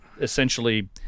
essentially